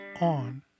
on